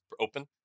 open